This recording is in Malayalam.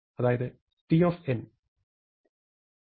അതായത് t 1 2